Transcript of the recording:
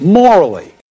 morally